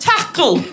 Tackle